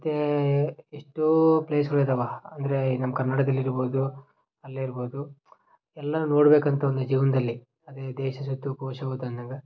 ಮತ್ತು ಎಷ್ಟೋ ಪ್ಲೇಸುಗಳಿದವ ಅಂದರೆ ಈ ನಮ್ಮ ಕರ್ನಾಟಕದಲ್ಲಿರ್ಬೋದು ಅಲ್ಲಿರ್ಬೋದು ಎಲ್ಲ ನೋಡಬೇಕಂತ ಒಂದು ಜೀವನದಲ್ಲಿ ಅದೇ ದೇಶ ಸುತ್ತು ಕೋಶ ಓದು ಅಂದಂಗೆ